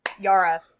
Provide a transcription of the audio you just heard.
Yara